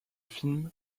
film